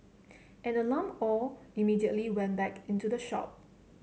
an alarmed Aw immediately went back into the shop